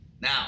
now